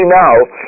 now